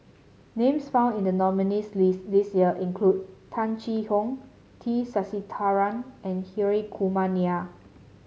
names found in the nominees' list this year include Tung Chye Hong T Sasitharan and Hri Kumar Nair